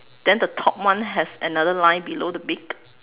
then the top one has another line below the beak